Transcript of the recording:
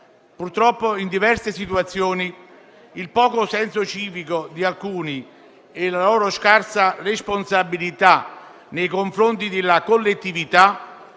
Purtroppo, in diverse situazioni, il poco senso civico di alcuni e la scarsa responsabilità nei confronti della collettività